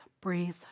breathe